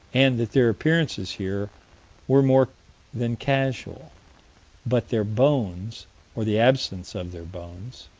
and that their appearances here were more than casual but their bones or the absence of their bones